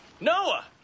Noah